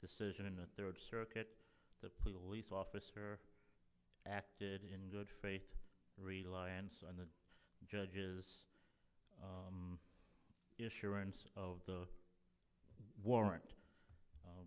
decision in the third circuit the police officer acted in good faith reliance on the judge's issuance of the warrant a